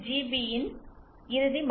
பியின் இறுதி மதிப்பு